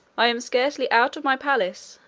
i am scarcely out of my palace,